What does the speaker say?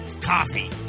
coffee